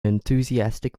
enthusiastic